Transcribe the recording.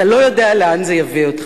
אתה לא יודע לאן זה יביא אותך.